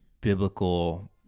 biblical